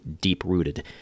deep-rooted